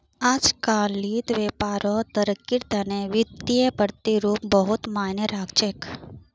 अजकालित व्यापारत तरक्कीर तने वित्तीय प्रतिरूप बहुत मायने राख छेक